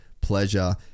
pleasure